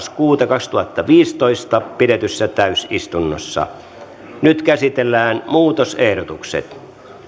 kaksituhattaviisitoista pidetyssä täysistunnossa nyt käsitellään muutosehdotukset